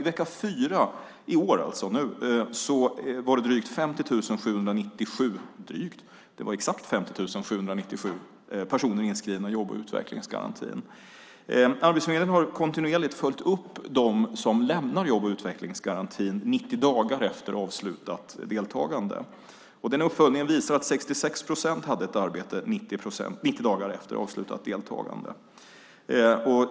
I vecka 4 i år var 50 797 personer inskrivna i jobb och utvecklingsgarantin. Arbetsförmedlingen har kontinuerligt följt upp dem som lämnar jobb och utvecklingsgarantin 90 dagar efter avslutat deltagande. Den uppföljningen visar att 66 procent hade ett arbete 90 dagar efter avslutat deltagande.